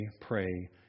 pray